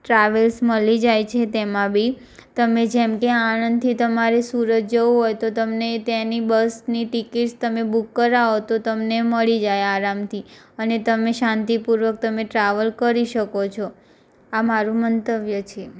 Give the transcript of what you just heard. travels મળી જાય છે તેમાં બી તમે જેમ કે આણંદથી તમારે સુરત જવું હોય તો તમને તેની બસની ટિકિટસ તમે બુક કરાવો તો તમને મળી જાય આરામથી અને તમે શાંતિપૂર્વક તમે ટ્રાવેલ કરી શકો છો આ મારું મંતવ્ય છે